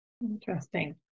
Interesting